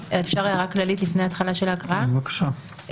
בבקשה.